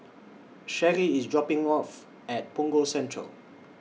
Sheri IS dropping off At Punggol Central